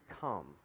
come